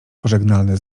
pożegnalne